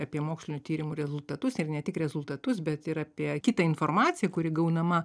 apie mokslinių tyrimų rezultatus ir ne tik rezultatus bet ir apie kitą informaciją kuri gaunama